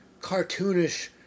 cartoonish